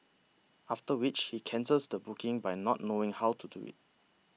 after which he cancels the booking by not knowing how to do it